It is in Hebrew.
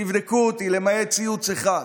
ותבדקו אותי, למעט ציוץ אחד,